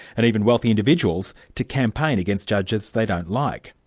and even wealthy individuals, to campaign against judges they don't like.